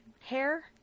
hair